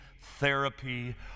therapy